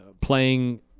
playing